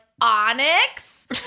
onyx